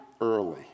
early